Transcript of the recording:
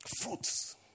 Fruits